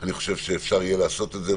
אני חושב שאפשר יהיה לעשות את זה,